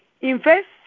Invest